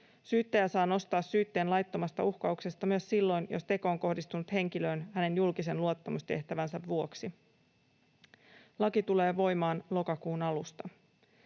Syyttäjä saa nostaa syytteen laittomasta uhkauksesta myös silloin, jos teko on kohdistunut henkilöön hänen julkisen luottamustehtävänsä vuoksi. Laki tulee voimaan lokakuun alusta.